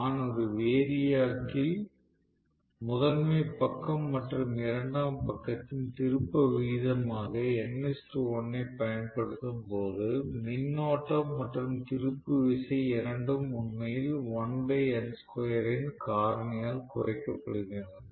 நான் ஒரு வேரியாக் ல் முதன்மை பக்கம் மற்றும் இரண்டாம் பக்கத்தின் திருப்ப விகிதமாக n 1 ஐப் பயன்படுத்தும் போது மின்னோட்டம் மற்றும் திருப்பு விசை இரண்டும் உண்மையில் இன் காரணியால் குறைக்கப்படுகின்றன